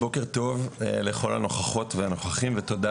בוקר טוב לכל הנוכחות והנוכחים ותודה